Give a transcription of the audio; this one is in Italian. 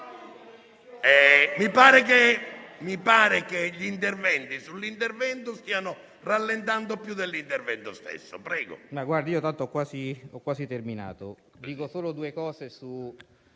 Mi pare che gli interventi sull'intervento stiano rallentando più dell'intervento stesso.